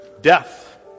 death